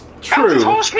True